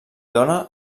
dóna